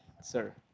sir